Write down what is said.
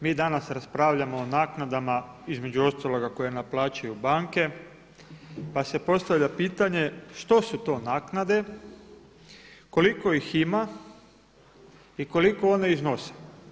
Mi danas raspravljamo o naknadama između ostaloga koje naplaćuju banke, pa se postavlja pitanje što su to naknade, koliko ih ima i koliko one iznose.